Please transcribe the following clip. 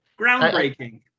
groundbreaking